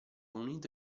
unito